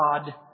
God